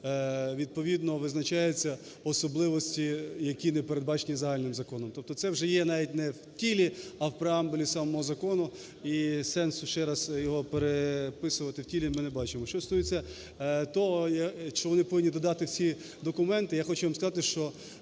відповідно визначається особливості, які не передбачені загальним законом. Тобто це вже є навіть не в тілі, а в преамбулі самого закону, і сенсу ще раз його переписувати в тілі ми не бачимо. Що стосується того, що вони повинні додати ці документи. Я хочу вам сказати, що